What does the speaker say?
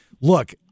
look